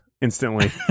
instantly